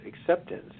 acceptance